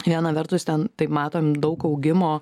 viena vertus ten taip matom daug augimo